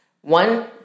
one